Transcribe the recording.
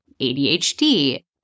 ADHD